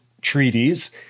treaties